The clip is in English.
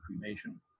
cremation